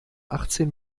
achtzehn